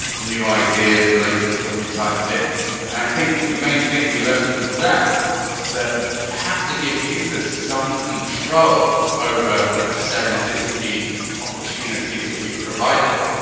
new ideas related to what you typed in. and i think the main thing we learned from that was that you have to give users some control over the serendipity opportunities that you provide them.